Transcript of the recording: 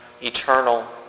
eternal